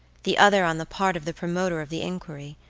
the other on the part of the promoter of the inquiry,